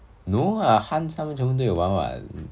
no ah ha~ 他们全部都有玩 what